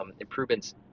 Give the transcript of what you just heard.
improvements